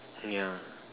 yeah